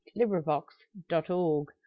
LibriVox.org